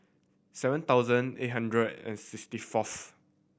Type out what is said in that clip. seven thousand eight hundred and sixty fourth